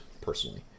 personally